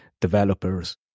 developers